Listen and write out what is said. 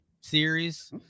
series